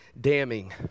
damning